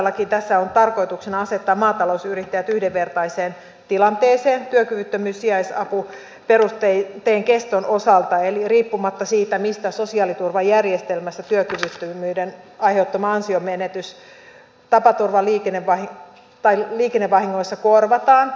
todellakin tässä on tarkoituksena asettaa maatalousyrittäjät yhdenvertaiseen tilanteeseen työkyvyttömyyssijaisapuperusteen keston osalta riippumatta siitä mistä sosiaaliturvajärjestelmästä työkyvyttömyyden aiheuttama ansionmenetys tapaturma ja liikennevahingoissa korvataan